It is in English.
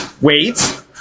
Wait